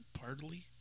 partly